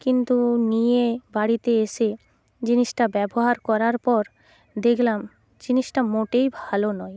কিন্তু নিয়ে বাড়িতে এসে জিনিসটা ব্যবহার করার পর দেখলাম জিনিসটা মোটেই ভালো নয়